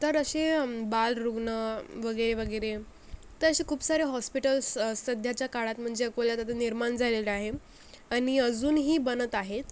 तर असे बालरुग्ण वगैरे वगैरे तर असे खूप सारे हॉस्पिटल्स सध्याच्या काळात म्हणजे अकोल्यात आता निर्माण झालेलं आहे आणि अजूनही बनत आहेत